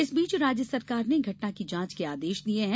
इस बीच राज्य सरकार ने घटना की जांच के आदेश दे दिए हैं